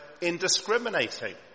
indiscriminating